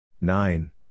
Nine